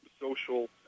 social